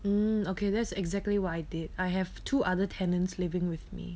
mm okay that's exactly why did I have two other tenants living with me